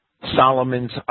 Solomon's